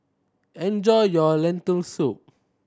enjoy your Lentil Soup